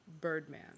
Birdman